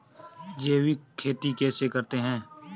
जैविक खेती कैसे करते हैं?